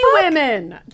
women